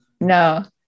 No